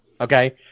Okay